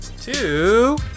Two